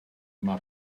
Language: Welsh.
mae